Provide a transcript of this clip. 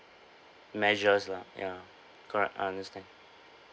measures lah ya correct I understand